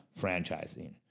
franchising